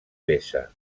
besa